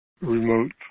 remote